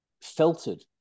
filtered